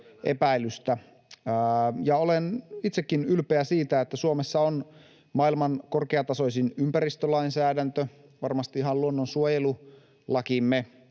Ja olen itsekin ylpeä siitä, että Suomessa on maailman korkeatasoisin ympäristölainsäädäntö, varmasti ihan luonnonsuojelulakimme